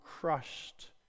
crushed